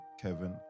Kevin